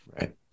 Right